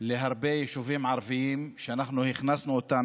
להרבה יישובים ערביים שאנחנו הכנסנו אותם